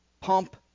pump